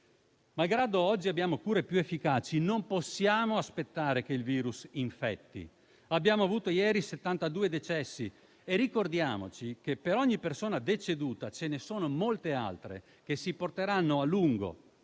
Malgrado oggi abbiamo cure più efficaci, non possiamo aspettare che il virus infetti. Ieri abbiamo avuto settantadue decessi e ricordiamoci che per ogni persona deceduta ce ne sono molte altre che si porteranno a lungo,